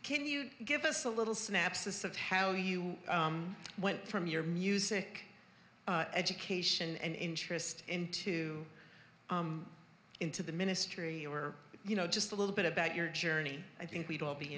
can you give us a little snaps of how you went from your music education and interest into into the ministry or you know just a little bit about your journey i think we'd all be